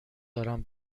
دارم